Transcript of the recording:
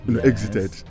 exited